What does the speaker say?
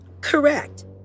Correct